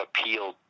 appeal